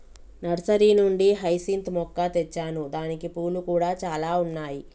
nursery నుండి hyacinth మొక్క తెచ్చాను దానికి పూలు కూడా చాల ఉన్నాయి